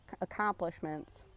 accomplishments